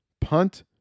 punt